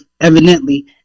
evidently